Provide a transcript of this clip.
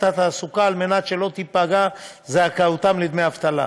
התעסוקה כדי שלא תיפגע זכאותם לדמי אבטלה,